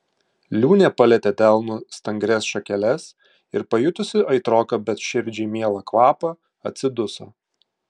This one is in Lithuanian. liūnė palietė delnu stangrias šakeles ir pajutusi aitroką bet širdžiai mielą kvapą atsiduso